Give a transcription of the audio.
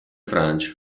francia